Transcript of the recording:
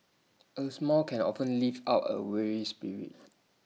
A smile can often lift up A weary spirit